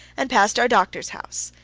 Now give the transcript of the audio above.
and passed our doctor's house.